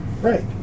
Right